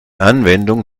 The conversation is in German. anwendung